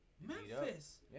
Memphis